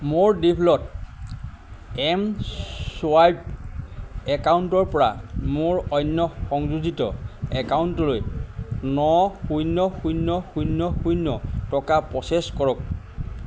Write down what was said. মোৰ default M swipe একাউণ্টৰপৰা মোৰ অন্য সংযোজিত একাউণ্টলৈ ন শূন্য শূন্য শূন্য শূন্য টকা প্ৰ'চেছ কৰক